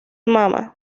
mama